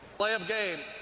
delay of game